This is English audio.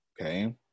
okay